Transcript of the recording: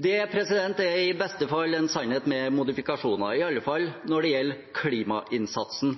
Det er i beste fall en sannhet med modifikasjoner, i alle fall når det gjelder klimainnsatsen.